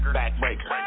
backbreaker